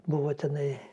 buvo tenai